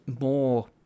more